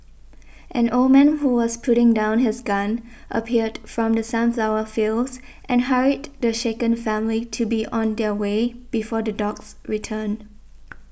an old man who was putting down his gun appeared from the sunflower fields and hurried the shaken family to be on their way before the dogs return